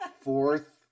fourth